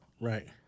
Right